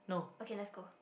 okay let's go